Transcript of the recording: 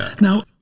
Now